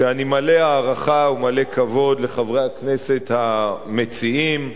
שאני מלא הערכה וכבוד לחברי הכנסת המציעים,